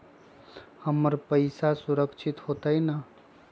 हमर पईसा सुरक्षित होतई न?